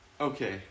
Okay